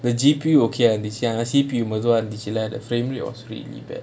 the G_P_U okay இருந்துச்சி:irunthuchi C_P_U மெதுவா இருந்துச்சி:methuvaa irunthuchi the frame rate or the screen event